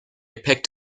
picked